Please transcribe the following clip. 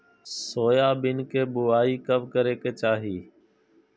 Soybean के बुआई कब करे के चाहि?